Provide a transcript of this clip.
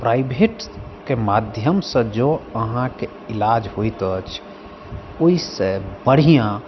प्राइभेटके माध्यमसँ जँ अहाँके इलाज होइत अछि ओहिसँ बढ़िआँ